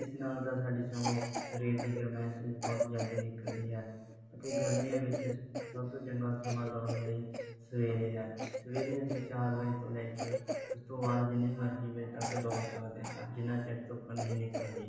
ਇਸ ਨਾਲ ਤਾਂ ਸਾਡੇ ਦੀ ਗਰਮਾਇਸ਼ ਬਹੁਤ ਜਲਦੀ ਨਿਕਲਦੀ ਹੈ ਅਤੇ ਗਰਮੀਆਂ ਵਿੱਚ ਸਭ ਤੋਂ ਚੰਗਾ ਸਮਾਂ ਦੌੜਨ ਲਈ ਸਵੇਰੇ ਹੈ ਸਵੇਰੇ ਅਸੀਂ ਚਾਰ ਵਜੇ ਤੋਂ ਲੈ ਕੇ ਉਸ ਤੋਂ ਬਾਅਦ ਜਿੰਨੇ ਵੀ ਮਰਜ਼ੀ ਵਜੇ ਤੱਕ ਦੌੜ ਸਕਦੇ ਹਾਂ ਜਿੰਨਾਂ ਚਿਰ ਧੁੱਪ ਨਹੀਂ ਨਿਕਲਦੀ